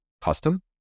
custom